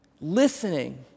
Listening